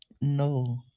No